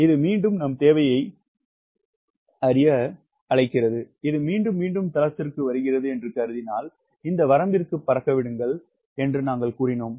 இது மீண்டும் நம் தேவை இது மீண்டும் மீண்டும் தளத்திற்கு வருகிறது என்று கருதி இந்த வரம்பிற்கு பறக்க விடுங்கள் என்று நாங்கள் கூறினோம்